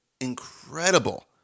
incredible